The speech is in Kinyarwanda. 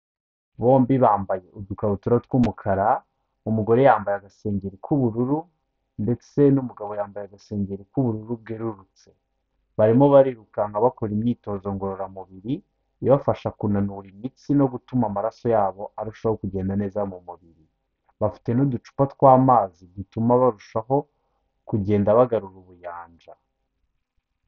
Bombi bambaye udukabutura tw'umukara, umugore yambaye agasengeri k'ubururu, ndetse n'umugabo yambaye agasengeri k'ubururu bwerurutse. Barimo barirukanka bakora imyitozo ngororamubiri, ibafasha kunanura imitsi no gutuma amaraso yabo arushaho kugenda neza mu mubiri. Bafite n'uducupa tw'amazi dutuma barushaho kugenda bagarura ubuyanja.